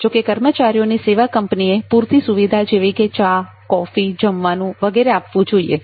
જો કે કર્મચારીઓને સેવા કંપનીએ પૂરતી સુવિધા જેવી કે ચા કોફી જમવાનું વગેરે આપવું જોઈએ